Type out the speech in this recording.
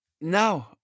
No